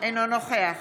אינו נוכח